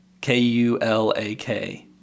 K-U-L-A-K